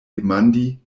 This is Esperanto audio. demandi